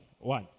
one